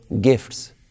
gifts